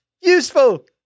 useful